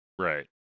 Right